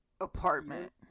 apartment